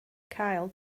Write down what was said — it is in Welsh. cael